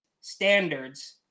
standards